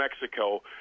Mexico